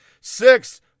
Six